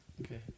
Okay